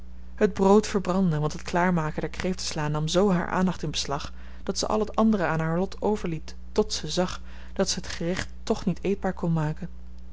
het brood verbrandde want het klaarmaken der kreeftensla nam zoo haar aandacht in beslag dat ze al het andere aan haar lot overliet tot ze zag dat zij het gerecht toch niet eetbaar kon maken